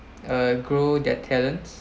uh grow that talents